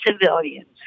civilians